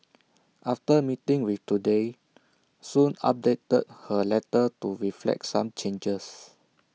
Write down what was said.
after meeting with Today Soon updated her letter to reflect some changes